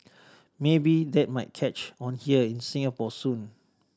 maybe that might catch on here in Singapore soon